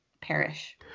perish